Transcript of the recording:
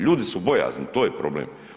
Ljudi su bojazni, to je problem.